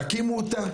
תקימו אותה,